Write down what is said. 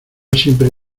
siempre